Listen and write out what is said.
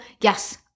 yes